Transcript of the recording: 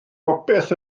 bopeth